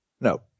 No